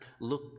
look